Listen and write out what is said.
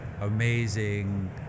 amazing